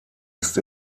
ist